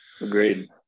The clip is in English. Agreed